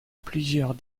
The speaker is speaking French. plusieurs